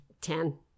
ten